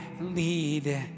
lead